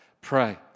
pray